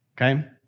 okay